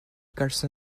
carson